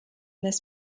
this